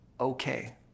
okay